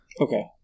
Okay